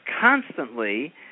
constantly